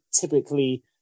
typically